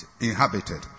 inhabited